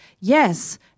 yes